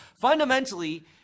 fundamentally